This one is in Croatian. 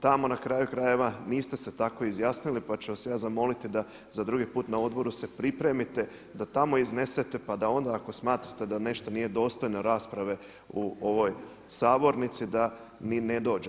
Tamo na kraju krajeva niste se tako izjasnili pa ću vas ja zamoliti da za drugi put na odboru se pripremite da tamo iznesete pa da onda ako smatrate da nešto nije dostojno rasprave u ovoj sabornici da ni ne dođe.